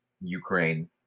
Ukraine